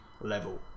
level